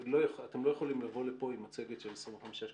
אתם לא יכולים לבוא לפה עם מצגת של 25 שקפים.